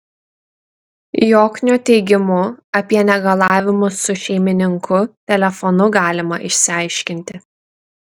joknio teigimu apie negalavimus su šeimininku telefonu galima išsiaiškinti